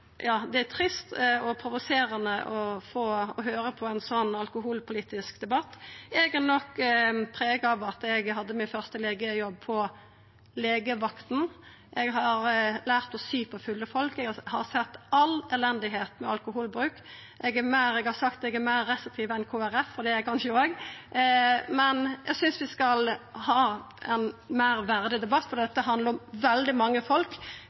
nok prega av at eg hadde min første legejobb på legevakta. Eg har lært å sy på fulle folk. Eg har sett alt elendet ved alkoholbruk. Eg har sagt eg er meir restriktiv enn Kristeleg Folkeparti, og det er eg kanskje, men eg synest vi skal ha ein meir verdig debatt, for det handlar om veldig mange folk